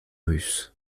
russes